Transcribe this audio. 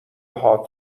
هات